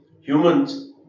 humans